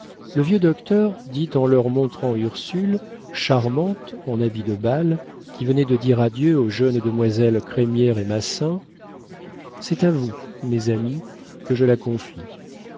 le vieux docteur dit en leur montrant ursule charmante en habit de bal qui venait de dire adieu aux jeunes demoiselles crémière et massin c'est à vous mes amis que je la confie